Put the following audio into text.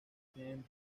tienen